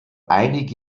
einige